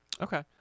okay